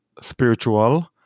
spiritual